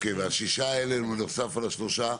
השישה האלה הם בנוסף על השלושה.